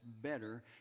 better